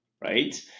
right